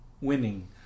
winning